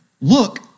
look